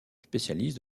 spécialise